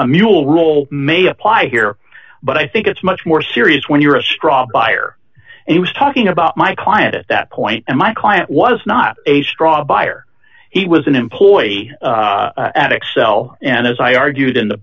a mule rule may apply here but i think it's much more serious when you're a straw buyer and he was talking about my client at that point and my client was not a straw buyer he was an employee at excel and as i argued